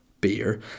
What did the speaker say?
beer